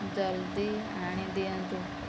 ଜଲ୍ଦି ଆଣି ଦିଅନ୍ତୁ